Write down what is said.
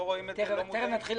לא רואים את זה ולא מודעים לזה.